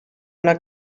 una